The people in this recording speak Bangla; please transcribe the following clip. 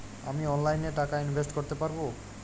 আমি অনলাইনে টাকা ইনভেস্ট করতে পারবো?